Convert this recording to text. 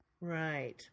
right